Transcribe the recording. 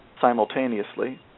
simultaneously